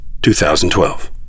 2012